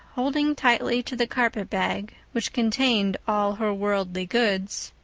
holding tightly to the carpet-bag which contained all her worldly goods,